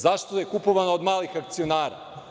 Zašto je kupovano od malih akcionara?